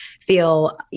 feel